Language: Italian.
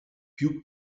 più